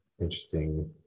interesting